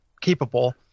capable